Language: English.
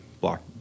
block